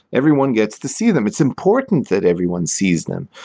everyone gets to see them. it's important that everyone sees them.